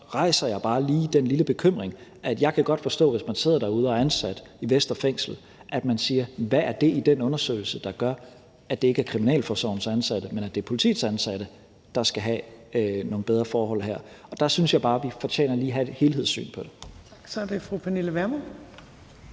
så rejser jeg bare lige den lille bekymring, at jeg godt kan forstå, hvis man sidder derude og er ansat i Vestre Fængsel, at man siger: Hvad er det i den undersøgelse, der gør, at det ikke er kriminalforsorgens ansatte, men at det er politiets ansatte, der skal have nogle bedre forhold her? Og der synes jeg bare, vi fortjener lige at have et helhedssyn på det. Kl. 16:55 Tredje næstformand